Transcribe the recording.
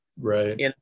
Right